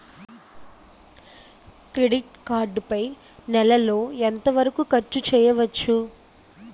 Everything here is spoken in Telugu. క్రెడిట్ కార్డ్ పై నెల లో ఎంత వరకూ ఖర్చు చేయవచ్చు?